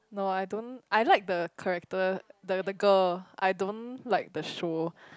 no I don't I like the character the the girl I don't like the show